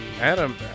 Adam